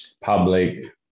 public